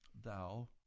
Thou